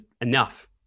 enough